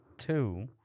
Two